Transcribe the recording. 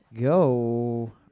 go